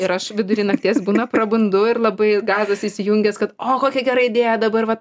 ir aš vidury nakties būna prabundu ir labai gazas įsijungęs kad o kokia gera idėja dabar va